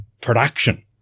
production